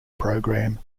program